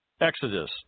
Exodus